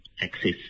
access